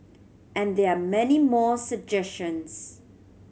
and there are many more suggestions